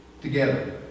together